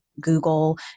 Google